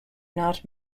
not